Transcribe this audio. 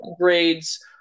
grades